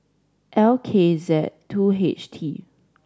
L K Z two H T